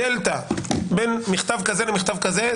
הדלתא בין מכתב כזה למכתב כזה,